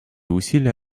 усилия